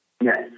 Yes